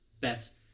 best